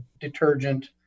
detergent